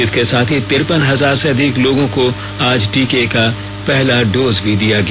इसके साथ ही तिरपन हजार से अधिक लोगों को आज टीके का पहला डोज दिया गया